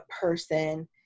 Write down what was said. person